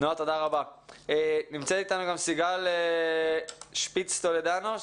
נמצאת איתנו גם סיגל שפיץ טולדנו,